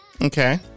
okay